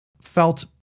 felt